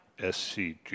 SCG